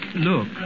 Look